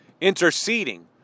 Interceding